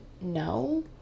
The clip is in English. no